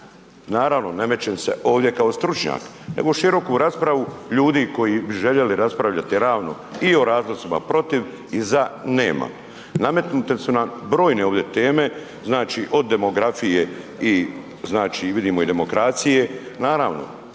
Naravno, ne mećem se ovdje kao stručnjak nego široku raspravu ljudi koji bi željeli raspravljati realno i o razlozima protiv i za nema. Nametnute su nam brojne ovdje teme od demografije, demokracije. Naravno